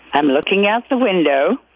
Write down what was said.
i'm looking out the window.